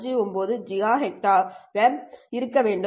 58 gigahertz ஆக இருக்க வேண்டும் இது சுமார் 0